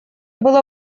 было